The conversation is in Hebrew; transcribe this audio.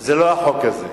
זה לא החוק הזה.